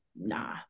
Nah